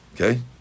Okay